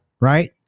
Right